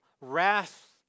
Wrath